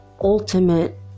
ultimate